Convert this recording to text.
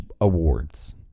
awards